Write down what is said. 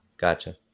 Gotcha